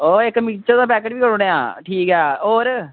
ओह् इक्क मिक्चर दा पैकेट बी करी ओड़ेआं ठीक ऐ होर